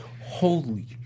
holy